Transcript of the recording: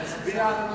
נצביע על הנושא.